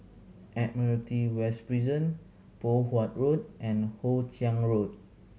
Admiralty West Prison Poh Huat Road and Hoe Chiang Road